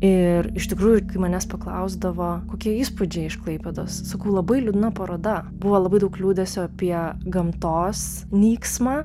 ir iš tikrųjų kai manęs paklausdavo kokie įspūdžiai iš klaipėdos sakau labai liūdna paroda buvo labai daug liūdesio apie gamtos nyksmą